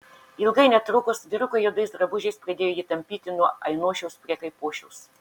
ilgai netrukus vyrukai juodais drabužiais pradėjo jį tampyti nuo ainošiaus prie kaipošiaus